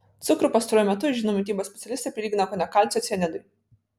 cukrų pastaruoju metu žinomi mitybos specialistai prilygina kone kalcio cianidui